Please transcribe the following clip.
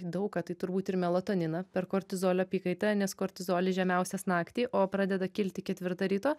daug ką tai turbūt ir melatoniną per kortizolio apykaitą nes kortizolis žemiausias naktį o pradeda kilti ketvirtą ryto